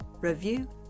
review